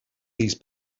these